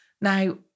Now